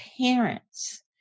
parents